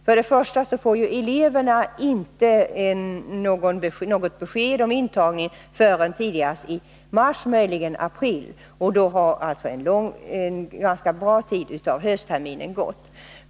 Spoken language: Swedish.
Eleverna får inte något besked om intagning förrän tidigast i mars eller möjligen i april, och då har alltså en ganska lång tid av vårterminen redan gått.